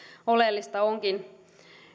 oleellista onkin